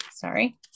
Sorry